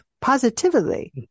positively